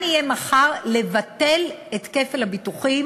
לבטל את כפל הביטוחים